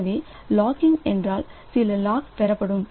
எனவே லாக்கிங் என்றால் சில லாக் பெறப்படும்